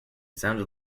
sounded